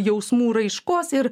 jausmų raiškos ir